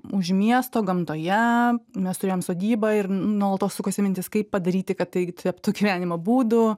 už miesto gamtoje mes turėjom sodybą ir nuolatos sukosi mintis kaip padaryti kad tai taptų gyvenimo būdu